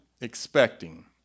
expecting